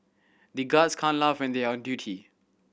the guards can't laugh when they are on duty